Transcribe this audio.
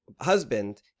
husband